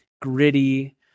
gritty